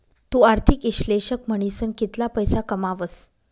तु आर्थिक इश्लेषक म्हनीसन कितला पैसा कमावस